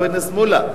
חבר הכנסת מולה,